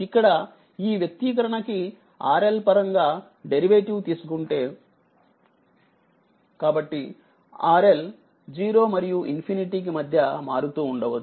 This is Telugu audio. ఇక్కడఈ వ్యక్తీకరణకి RL పరంగా డెరివేటివ్ తీసుకుంటే కాబట్టిRL 0 మరియు ఇన్ఫినిటీ కి మధ్య మారుతూ ఉండవచ్చు